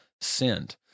sinned